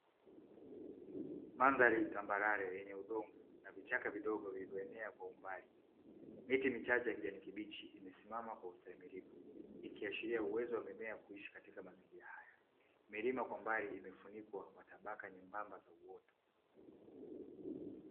Mandhari tambarare yenye udongo na vichaka vidogo vilivyoenea kwa umbali. Miti michache ya kijani kibichi imesimama kwa ustahimilivu ikiashiria uwezo wa mimea kuishi katika mazingira haya. Milima kwa mbali imefunikwa kwa tabaka nyembamba za uoto.